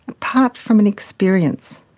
apart from an experience,